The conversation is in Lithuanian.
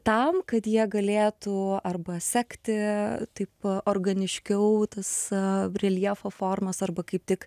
tam kad jie galėtų arba sekti taip organiškiau tas reljefo formas arba kaip tik